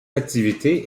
activités